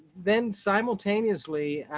then simultaneously,